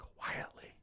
quietly